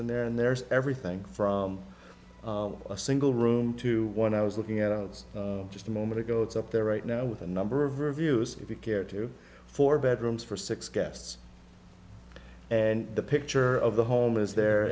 in there and there's everything from a single room to one i was looking at i was just a moment ago it's up there right now with a number of reviews if you care to four bedrooms for six guests and the picture of the home is there